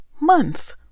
month